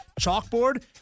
Chalkboard